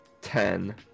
ten